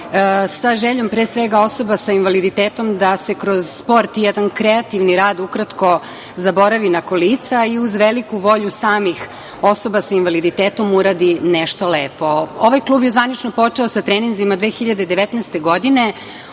sa željom, pre svega, osoba sa invaliditetom da se kroz sport i jedan kreativni rad ukratko zaboravi na kolica i uz veliku volju samih osoba sa invaliditetom uradi nešto lepo. Ovaj klub je zvanično počeo sa treninzima 2019. godine,